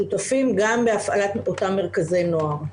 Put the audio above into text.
שותפים גם בהפעלת אותם מרכזי נוער.